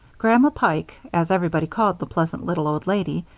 grandma pike, as everybody called the pleasant little old lady,